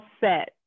set